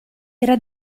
era